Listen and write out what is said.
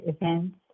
events